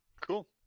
Cool